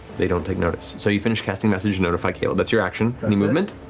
they don't take notice. so you finish casting message and notify caleb. that's your action. any movement?